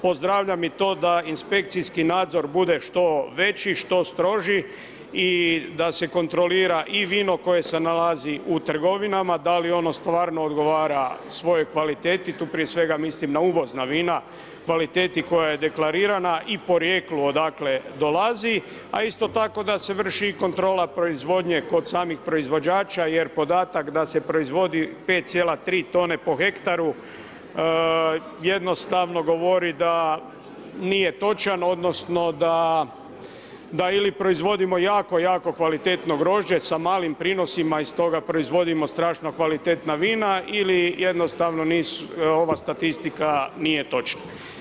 Pozdravljam i to da inspekcijski nazor bude što veći, što stroži i da se kontrolira i vino koje se nalazi u trgovinama, da li ono stvarno odgovara svojoj kvaliteti, tu prije svega mislim na uvozna vina, kvaliteti koja je deklarirana i porijeklo odakle dolazi, a isto tako da se vrši i kontrola proizvodnje kod samih proizvođača, jer podatak da se proizvodi 5,3 tone po hektaru, jednostavno govori da nije točan odnosno, da ili proizvodimo jako jako kvalitetno grožđe sa malim prinosima i stoga proizvodimo strašno kvalitetna vina ili jednostavna ova statistika nije točna.